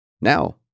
Now